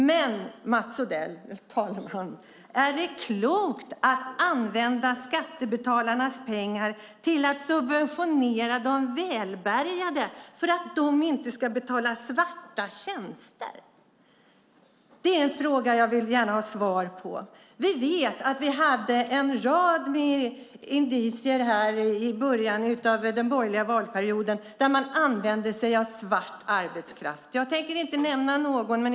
Men, Mats Odell, är det klokt att använda skattebetalarnas pengar till att subventionera de välbärgade för att de inte ska betala svarta tjänster? Det är en fråga jag gärna vill ha svar på. Vi hade en rad indicier i början av den borgerliga valperioden på att man använde sig av svart arbetskraft. Jag tänker inte nämna någon.